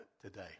today